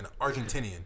Argentinian